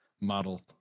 Model